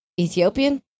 Ethiopian